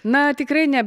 na tikrai ne